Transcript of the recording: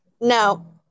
No